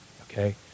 okay